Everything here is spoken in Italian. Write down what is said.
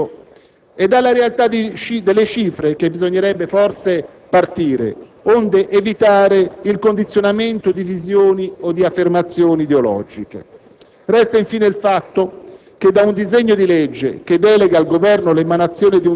si sono verificati sulla strada, ripeto, sulla strada! Ecco, è dalla realtà delle cifre che bisognerebbe forse partire, onde evitare il condizionamento di visioni o di affermazioni ideologiche.